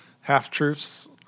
half-truths